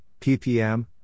ppm